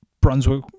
Brunswick